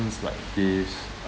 like this